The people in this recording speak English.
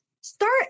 Start